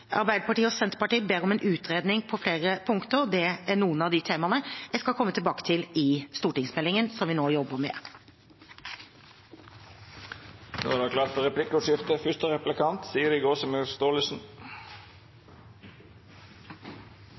Arbeiderpartiet og Senterpartiet ber om en utredning på flere punkter. Det er noen av de temaene jeg skal komme tilbake til i stortingsmeldingen, som vi nå jobber med. Det vert replikkordskifte. I evalueringen av plan- og bygningsloven skriver forskerne at loven i